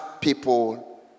people